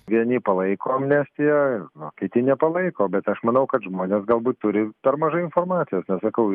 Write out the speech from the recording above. vieni palaiko amnestiją o kiti nepalaiko bet aš manau kad žmonės galbūt turi per mažai informacijos nes sakau